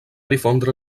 difondre